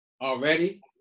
already